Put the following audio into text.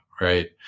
right